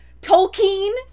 Tolkien